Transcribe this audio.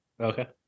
Okay